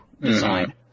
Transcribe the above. design